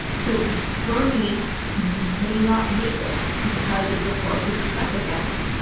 so bernie may not make it because of the forces he's up against.